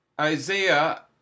Isaiah